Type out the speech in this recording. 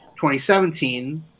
2017